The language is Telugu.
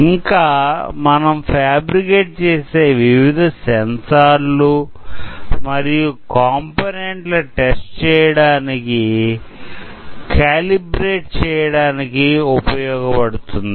ఇంకా మనం ఫ్యాబ్రికేట్ చేసే వివిధ సెన్సార్లు మరియు కంపోనెంట్ల టెస్ట్ చేయడానికి కాలి బ్రెట్ చేయడానికి ఉపయోగపడుతుంది